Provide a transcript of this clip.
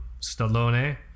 Stallone